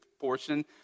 portion